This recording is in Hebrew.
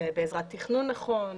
אולי בעזרת תכנון נכון,